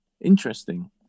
Interesting